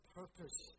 purpose